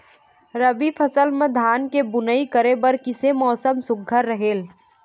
रबी फसल म धान के बुनई करे बर किसे मौसम सुघ्घर रहेल?